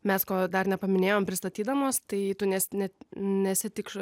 mes ko dar nepaminėjom pristatydamos tai tu nes net nesi tik